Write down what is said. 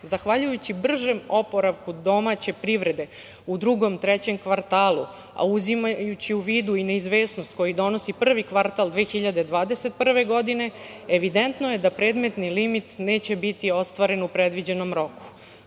Zahvaljujući bržem oporavku domaće privrede u drugom, trećem kvartalu, a uzimajući i neizvesnost koji donosi prvi kvartal 2021. godine, evidentno je da predmetni limit neće biti ostvaren u predviđenom roku.